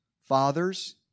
fathers